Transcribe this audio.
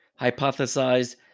hypothesized